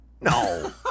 No